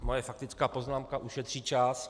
Moje faktická poznámka ušetří čas.